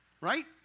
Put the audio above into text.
Right